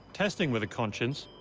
testing with a conscience,